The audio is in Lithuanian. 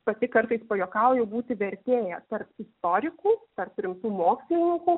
pati kartais pajuokauju būti vertėja tarp istorikų tarp rimtų mokslininkų